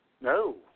No